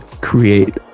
Create